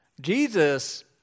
Jesus